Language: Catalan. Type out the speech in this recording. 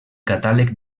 catàleg